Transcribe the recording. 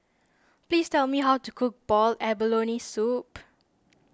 please tell me how to cook Boiled Abalone Soup